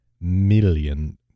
million